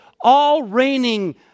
all-reigning